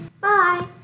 Bye